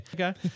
Okay